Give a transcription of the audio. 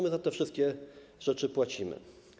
My za te wszystkie rzeczy płacimy.